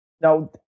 now